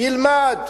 ילמד,